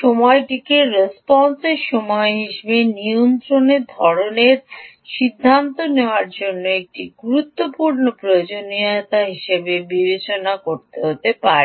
সময়টিকে রেসপন্সের সময় হিসাবে নিয়ন্ত্রণের ধরণের সিদ্ধান্ত নেওয়ার জন্য একটি গুরুত্বপূর্ণ প্রয়োজনীয়তা হিসাবে বিবেচনা করতে পারে